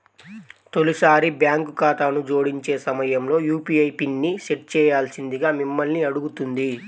తొలిసారి బ్యాంక్ ఖాతాను జోడించే సమయంలో యూ.పీ.ఐ పిన్ని సెట్ చేయాల్సిందిగా మిమ్మల్ని అడుగుతుంది